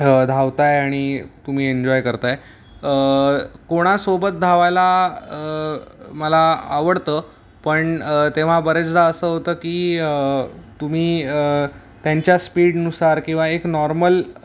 धावताय आणि तुम्ही एन्जॉय करताय कोणासोबत धावायला मला आवडतं पण तेव्हा बरेचदा असं होतं की तुम्ही त्यांच्या स्पीडनुसार किंवा एक नॉर्मल